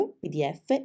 pdf